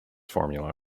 formula